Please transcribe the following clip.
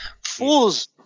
Fools